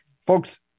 Folks